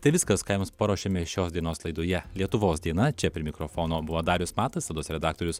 tai viskas ką jums paruošėme šios dienos laidoje lietuvos diena čia prie mikrofono buvo darius matas laido redaktorius